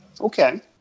Okay